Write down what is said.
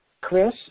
Chris